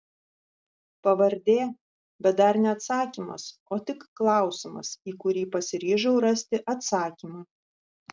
pavardė bet dar ne atsakymas o tik klausimas į kurį pasiryžau rasti atsakymą